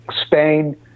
Spain